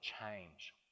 change